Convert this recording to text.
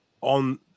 on